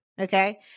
okay